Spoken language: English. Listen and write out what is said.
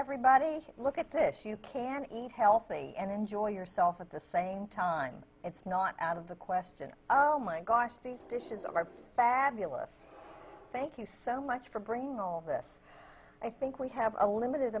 everybody look at this you can eat healthy and enjoy yourself at the same time it's not out of the question oh my gosh these dishes are fabulous thank you so much for bringing this i think we have a limited